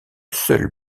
seule